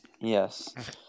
Yes